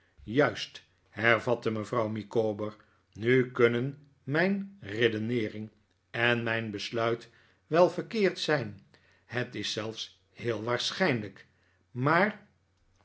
juist hervatte mevrouw micawber nu kunnen mijn redeneering en mijn besluit wel verkeerd zijn het is zelfs heel waarschijnlijk maar